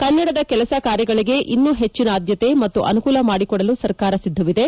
ಕನ್ನಡದ ಕೆಲಸ ಕಾರ್ಯಗಳಿಗೆ ಇನ್ನೂ ಹೆಚ್ಚಿನ ಆದ್ಯತೆ ಮತ್ತು ಅನುಕೂಲ ಮಾದಿಕೊಡಲು ಸರ್ಕಾರ ಸಿದ್ದವಿದೆ